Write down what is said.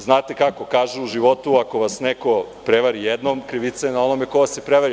Znate kako, kažu u životu ako vas neko prevari jednom, krivica je na onome ko vas je prevario.